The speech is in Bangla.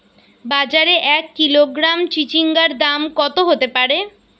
বাজারে এক কিলোগ্রাম চিচিঙ্গার দাম কত হতে পারে?